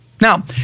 Now